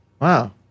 Wow